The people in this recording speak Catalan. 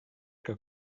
que